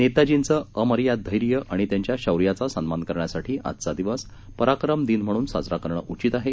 नेताजींचंअमर्यादधैर्यआणित्यांच्याशौर्याचासन्मानकरण्यासाठीआजचादिवसपराक्रमदिन म्हणूनसाजराकरणंउचितआहे